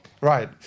Right